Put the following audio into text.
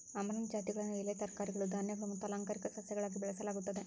amaranth ಜಾತಿಗಳನ್ನು ಎಲೆ ತರಕಾರಿಗಳು ಧಾನ್ಯಗಳು ಮತ್ತು ಅಲಂಕಾರಿಕ ಸಸ್ಯಗಳಾಗಿ ಬೆಳೆಸಲಾಗುತ್ತದೆ